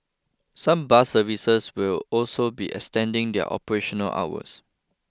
some bus services will also be extending their operational hours